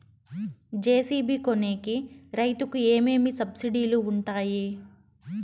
JCB కొనేకి రైతుకు ఏమేమి సబ్సిడి లు వుంటాయి?